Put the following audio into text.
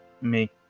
make